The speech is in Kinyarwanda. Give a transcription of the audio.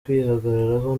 kwihagararaho